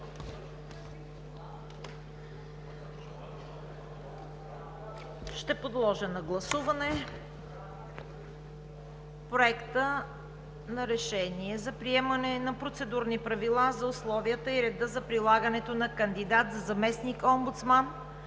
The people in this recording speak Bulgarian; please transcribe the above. Ще подложа на гласуване Проекта на решение за приемане на Процедурни правила за условията и реда за предлагане на кандидат за заместник-омбудсман,